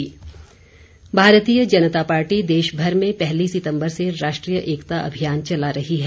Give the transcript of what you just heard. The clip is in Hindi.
अभियान भारतीय जनता पार्टी देशभर में पहली सितम्बर से राष्ट्रीय एकता अभियान चला रही है